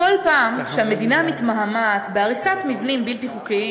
בכל פעם שהמדינה מתמהמהת בהריסת מבנים בלתי חוקיים